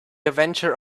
avenger